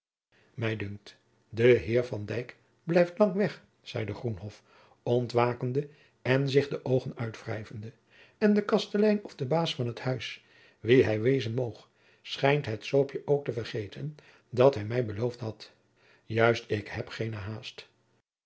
mij dunkt de heer van dyk blijft lang weg zeide groenhof ontwakende en zich de oogen uitwrijvende en de kastelein of de baas van t huis wie hij wezen moog schijnt het zoopje ook te vergeten dat hij mij beloofd had juist ik heb geene haast